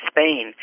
Spain